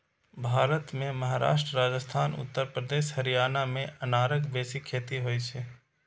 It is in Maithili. भारत मे महाराष्ट्र, राजस्थान, उत्तर प्रदेश, हरियाणा मे अनारक बेसी खेती होइ छै